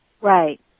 Right